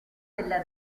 della